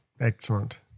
Excellent